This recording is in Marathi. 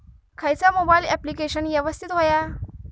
खयचा मोबाईल ऍप्लिकेशन यवस्तित होया?